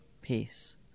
peace